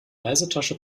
reisetasche